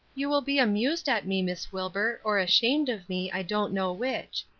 you will be amused at me, miss wilbur, or ashamed of me, i don't know which.